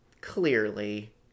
clearly